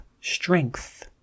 strength